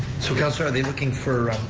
so councilor, are they looking for,